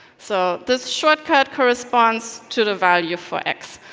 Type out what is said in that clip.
so this short cut corresponds to the value for x.